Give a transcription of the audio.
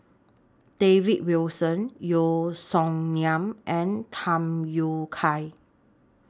David Wilson Yeo Song Nian and Tham Yui Kai